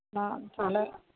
ᱚᱱᱟ ᱛᱟᱦᱞᱮ